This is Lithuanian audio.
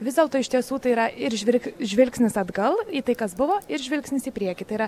vis dėlto iš tiesų tai yra ir žvilk žvilgsnis atgal į tai kas buvo ir žvilgsnis į priekį tai yra